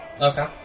Okay